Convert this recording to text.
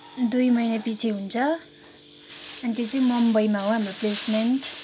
दुई महिनापछि हुन्छ अनि त्यो चाहिँ मुम्बईमा हो हाम्रो प्लेसमेन्ट